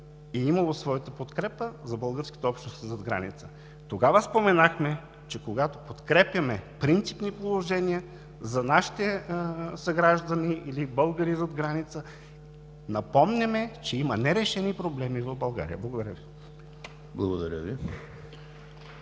е имало своята подкрепа за българската общност зад граница. Тогава споменахме, че когато подкрепяме принципни положения за нашите съграждани или българи зад граница, напомняме, че има нерешени проблеми в България. Благодаря Ви. (Ръкопляскания